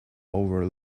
over